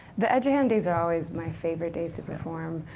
the eduham days are always my favorite days to perform.